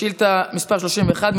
שאילתה מס' 31,